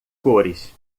cores